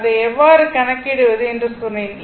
அதை எவ்வாறு கணக்கிடுவது என்று சொன்னேன்